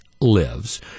lives